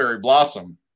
Blossom